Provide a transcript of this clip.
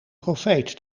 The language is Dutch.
profeet